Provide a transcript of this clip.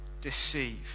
deceive